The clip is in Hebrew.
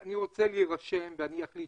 אני רוצה להירשם ואני אחליט